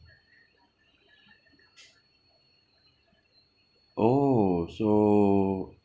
oh so